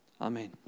Amen